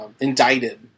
indicted